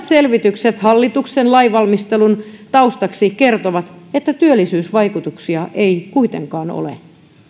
selvitykset hallituksen lainvalmistelun taustaksi kertovat että työllisyysvaikutuksia ei kuitenkaan ole